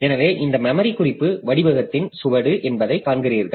எனவே இந்த மெமரி குறிப்பு வடிவத்தின் சுவடு என்பதை காண்கிறீர்கள்